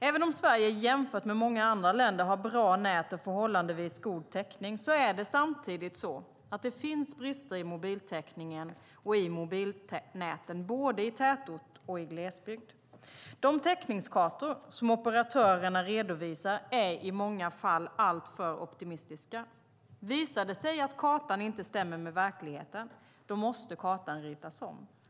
Även om Sverige jämfört med många andra länder har bra nät och förhållandevis god täckning är det samtidigt så att det finns brister i mobiltäckningen och i mobilnäten, både i tätort och i glesbygd. De täckningskartor som operatörerna redovisar är i många fall alltför optimistiska. Visar det sig att kartan inte stämmer med verkligheten, då måste kartan ritas om.